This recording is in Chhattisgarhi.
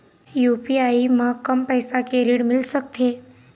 यू.पी.आई म कम पैसा के ऋण मिल सकथे?